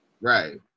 Right